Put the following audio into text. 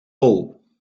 bol